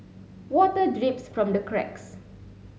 water drips from the cracks